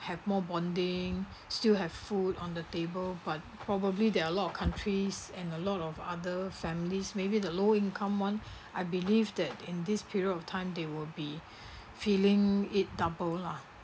have more bonding still have food on the table but probably there are a lot of countries and a lot of other families maybe the low income [one] I believe that in this period of time they will be feeling it double lah